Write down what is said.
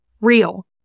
real